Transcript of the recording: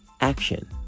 action